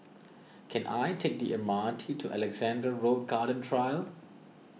can I take the M R T to Alexandra Road Garden Trail